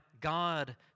God